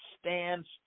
stands